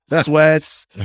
sweats